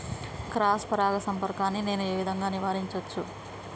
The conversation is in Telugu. క్రాస్ పరాగ సంపర్కాన్ని నేను ఏ విధంగా నివారించచ్చు?